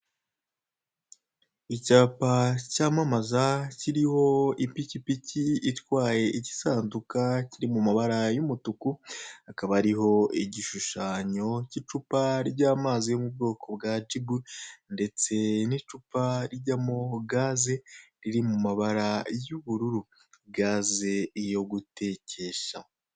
Icyapa cyamamaza kiriho ipikipiki itwaye igisanduka kiri mu mabara y'umutuku hakaba hariho igishushanyo k'icupa ry'amazi yo mu bwoko bwa jibu ndetse n'icupa rijyamo gaze riri mu mabara y'uururu gaze yo gutekesha.